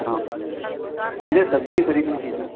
हाँ मुझे सब्ज़ी खरीदनी थी सर